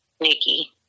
Nikki